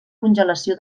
congelació